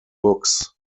books